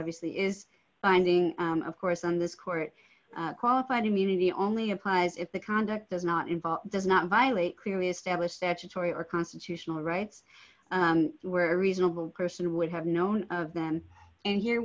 obviously is binding of course on this court qualified immunity only applies if the conduct does not involve does not violate clearly established statutory or constitutional rights were a reasonable person would have known of them and here